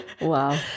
Wow